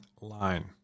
line